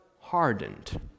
hardened